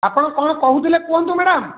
ଆପଣ କ'ଣ କହୁଥିଲେ କୁହନ୍ତୁ ମ୍ୟାଡ଼ାମ୍